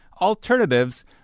alternatives